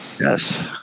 Yes